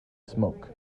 smoke